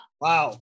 wow